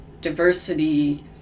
diversity